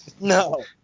no